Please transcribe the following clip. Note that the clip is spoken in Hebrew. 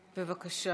בבקשה,